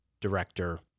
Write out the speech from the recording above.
director